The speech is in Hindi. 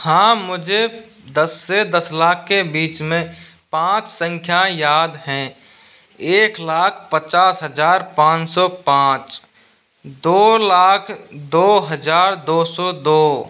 हाँ मुझे दस से दस लाख के बीच में पाँच संख्या याद हैं एक लाख पचास हज़ार पाँच सौ पाँच दो लाख दो हज़ार दो सौ दो